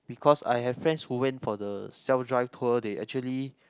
because I have friends who went for the self drive tour they actually